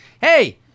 hey